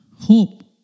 hope